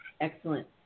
Excellent